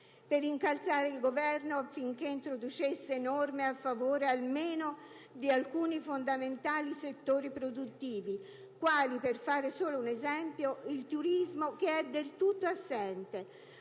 per incalzare il Governo affinché introducesse norme a favore almeno di alcuni fondamentali settori produttivi, quali - per fare solo un esempio - il turismo, che è del tutto assente,